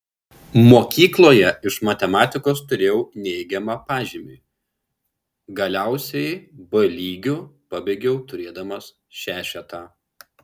mokykloje iš matematikos turėjau neigiamą pažymį galiausiai b lygiu pabaigiau turėdamas šešetą